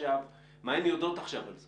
מה הן יודעות עכשיו על זה